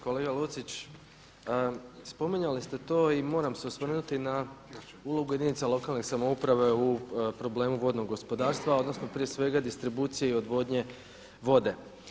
Kolega Lucić, spominjali ste to i moram se osvrnuti na ulogu jedinice lokalne samouprave u problemu vodnog gospodarstva, odnosno prije svega distribucije i odvodnje vode.